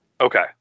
okay